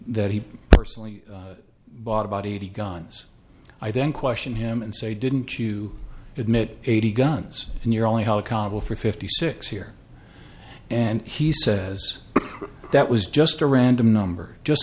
that he personally bought about eighty guns i then question him and say he didn't chew it eighty guns and you're only held accountable for fifty six here and he says that was just a random number just